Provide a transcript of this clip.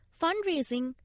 fundraising